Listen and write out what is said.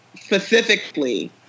specifically